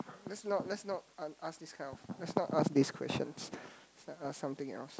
let's not let's not ask this kind of let's not ask these questions let's ask something else